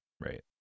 right